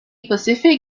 specific